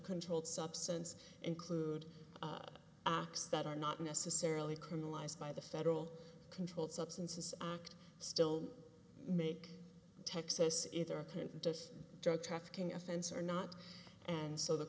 controlled substance include acts that are not necessarily criminalized by the federal controlled substances act still make texas either a convicted drug trafficking offense or not and so the